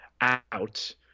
out